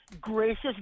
gracious